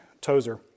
Tozer